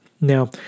Now